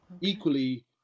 equally